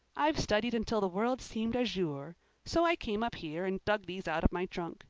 i'd studied until the world seemed azure. so i came up here and dug these out of my trunk.